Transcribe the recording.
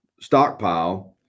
stockpile